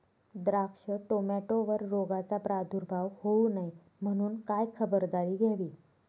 द्राक्ष, टोमॅटोवर रोगाचा प्रादुर्भाव होऊ नये म्हणून काय खबरदारी घ्यावी?